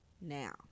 Now